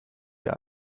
der